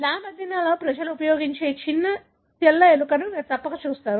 lab అధ్యయనాలలో ప్రజలు ఉపయోగించే చిన్న తెల్లని ఎలుకను మీరు తప్పక చూసారు